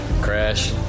crash